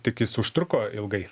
tik jis užtruko ilgai